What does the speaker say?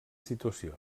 situació